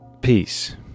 peace